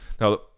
Now